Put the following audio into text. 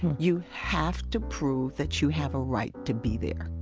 you have to prove that you have a right to be there